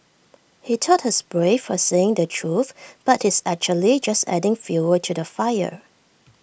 he thought he's brave for saying the truth but he's actually just adding fuel to the fire